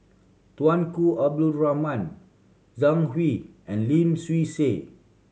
Tunku Abdul Rahman Zhang Hui and Lim Swee Say